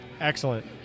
excellent